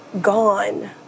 gone